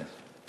כן.